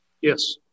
Yes